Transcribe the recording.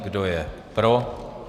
Kdo je pro?